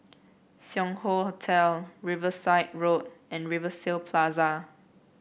Sing Hoe Hotel Riverside Road and Rivervale Plaza